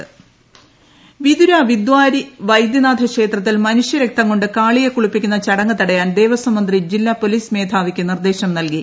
ട്ടടടടടടട രക്തക്കുളി വിതുര വിദ്വാരി വൈദ്യനാഥ ക്ഷേത്രത്തിൽ മനുഷ്യരക്തം കൊണ്ട് കാളിയെ കുളിപ്പിക്കുന്ന ചടങ്ങ് തടയാൻ ദേവസ്വം മന്ത്രി ജില്ലാ പോലീസ് മേധാവിക്ക് നിർദേശം നൽകി